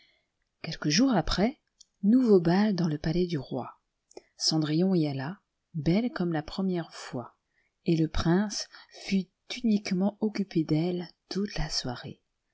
quelques jours après nouveau bal dans le palais du roi cendrillon y alla belle comme la première lois et le prince fut uniquement occupé d'elle toute la soirée